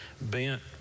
bent